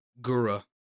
Gura